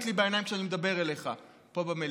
לי בעיניים כשאני מדבר אליך פה במליאה.